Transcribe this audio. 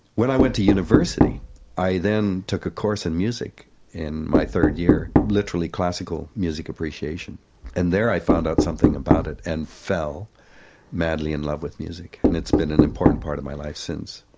when i went to university i then took a course in music in my third year literally classical music appreciation and there i found out something about it and fell madly in love with music, and it's been an important part of my life since.